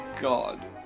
God